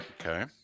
Okay